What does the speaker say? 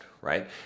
right